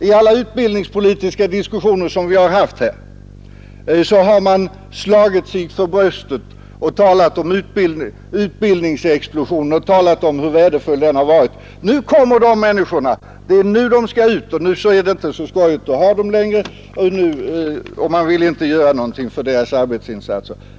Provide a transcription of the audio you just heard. I alla utbildningspolitiska diskussioner som vi har haft här har man slagit sig för bröstet och talat om utbildningsexplosionen och hur värdefull den har varit. Det är nu dessa människor skall ut, och nu är det inte så skojigt att ha dem längre, och man vill inte göra någonting för att ta till vara deras arbetsinsatser.